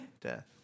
death